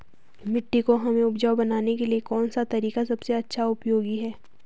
मिट्टी को हमें उपजाऊ बनाने के लिए कौन सा तरीका सबसे अच्छा उपयोगी होगा?